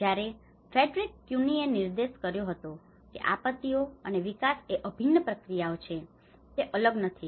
જ્યારે ફ્રેડરિક ક્યુનીએ નિર્દેશ કર્યો હતો કે આપત્તિઓ અને વિકાસ એ અભિન્ન પ્રક્રિયાઓ છે તે અલગ નથી